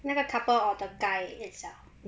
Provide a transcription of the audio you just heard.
那个 couple or the guy itself